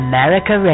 America